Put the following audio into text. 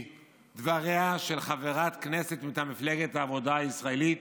מדבריה של חברת כנסת מטעם מפלגת העבודה הישראלית